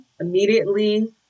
immediately